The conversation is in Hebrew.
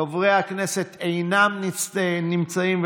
חברי הכנסת אינם נמצאים,